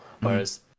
Whereas